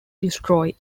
destroy